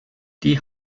die